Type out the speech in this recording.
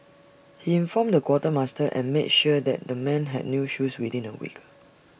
he informed the quartermaster and made sure that the men had new shoes within A week